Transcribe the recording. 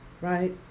right